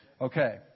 Okay